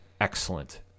excellent